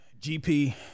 GP